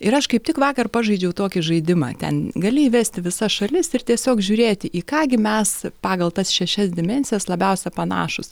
ir aš kaip tik vakar pažaidžiau tokį žaidimą ten gali įvesti visas šalis ir tiesiog žiūrėti į ką gi mes pagal tas šešias dimensijas labiausia panašūs